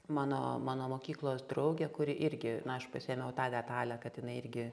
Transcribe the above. mano mano mokyklos draugė kuri irgi na aš pasiėmiau tą detalę kad jinai irgi